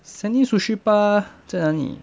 standing sushi bar 在哪里